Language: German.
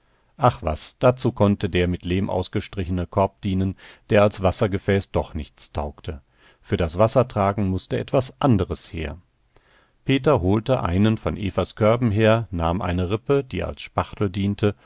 ach was dazu konnte der mit lehm ausgestrichene korb dienen der als wassergefäß doch nichts taugte für das wassertragen mußte etwas anderes her peter holte einen von evas körben her nahm eine rippe die als spachtel diente